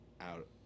out